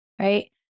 right